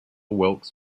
wilkes